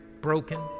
broken